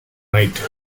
night